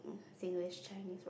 Singlish Chinese